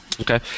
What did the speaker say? Okay